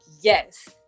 yes